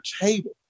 table